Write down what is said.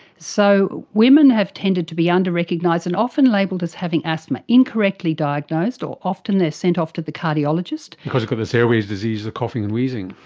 so women have tended to be under-recognised, and often labelled as having asthma, incorrectly diagnosed, or often they're sent off to the cardiologist. because because it's airways disease, the coughing and wheezing.